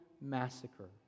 massacre